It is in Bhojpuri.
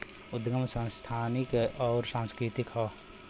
उदगम संस्थानिक अउर सांस्कृतिक हौ